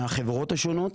מהחברות השונות,